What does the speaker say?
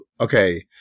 Okay